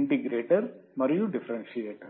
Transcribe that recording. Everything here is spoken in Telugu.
ఇంటిగ్రేటర్ మరియు డిఫరెన్సియేటర్